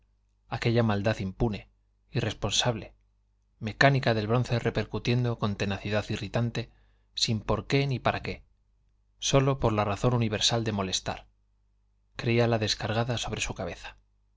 aquella maldad impune irresponsable mecánica del bronce repercutiendo con tenacidad irritante sin por qué ni para qué sólo por la razón universal de molestar creíala descargada sobre su cabeza